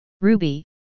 Ruby